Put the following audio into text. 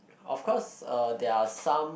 of course uh there are some